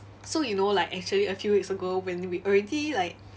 so you know like actually a few weeks ago when we already like